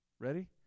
Ready